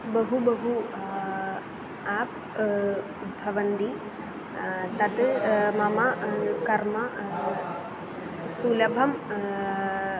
बहु बहु आप् भवन्तति तत् मम कर्म सुलभं